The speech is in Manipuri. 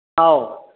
ꯑꯧ